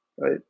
right